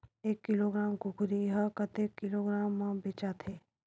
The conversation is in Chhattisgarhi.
एक किलोग्राम कुकरी ह कतेक किलोग्राम म बेचाथे?